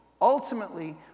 ultimately